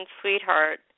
sweetheart